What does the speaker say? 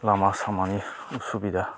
लामा सामानि उसुबिदा